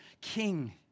King